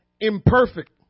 imperfect